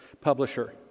publisher